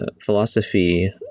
philosophy